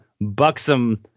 buxom